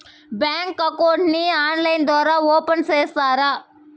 Bank account ని online ద్వారా open సేస్తారా?